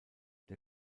der